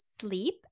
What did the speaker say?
sleep